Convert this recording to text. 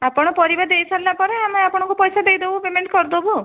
ଆପଣ ପରିବା ଦେଇସାରିଲା ପରେ ଆମେ ଆପଣଙ୍କୁ ପଇସା ଦେଇଦେବୁ ପେମେଣ୍ଟ୍ କରିଦେବୁ ଆଉ